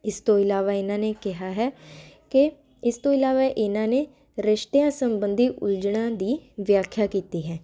ਇਸ ਤੋਂ ਇਲਾਵਾ ਇਨ੍ਹਾਂ ਨੇ ਕਿਹਾ ਹੈ ਕਿ ਇਸ ਤੋਂ ਇਲਾਵਾ ਇਨ੍ਹਾਂ ਨੇ ਰਿਸ਼ਤਿਆਂ ਸੰਬੰਧੀ ਉਲਝਣਾਂ ਦੀ ਵਿਆਖਿਆ ਕੀਤੀ ਹੈ